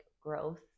growth